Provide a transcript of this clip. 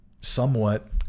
somewhat